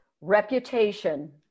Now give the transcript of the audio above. reputation